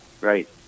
right